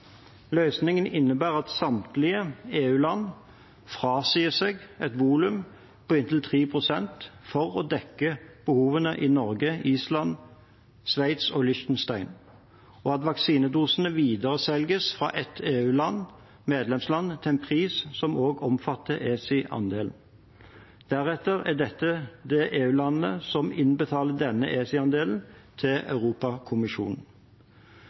Løsningen innebærer at samtlige EU-land frasier seg et volum på inntil 3 pst. for å dekke behovene til Norge, Island, Sveits og Liechtenstein, og at vaksinedosene videreselges fra et av EUs medlemsland til en pris som også omfatter ESI-andelen. Deretter er det dette EU-landet som innbetaler denne ESI-andelen til Europakommisjonen.